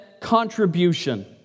contribution